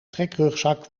trekrugzak